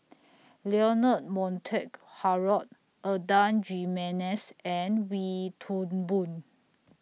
Leonard Montague Harrod Adan Jimenez and Wee Toon Boon